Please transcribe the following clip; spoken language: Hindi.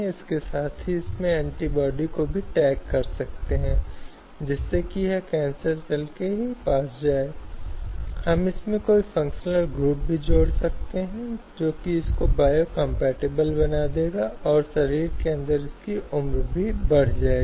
इसलिए वह ऐसी चीज है जिसका वह स्वागत नहीं करती है और वह इसे कहीं न कहीं अपनी भलाई पर प्रभाव डालती है और यह उसकी स्त्रीत्व का उसकी कामुकता का दुरुपयोग करता है